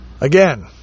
Again